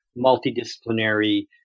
multidisciplinary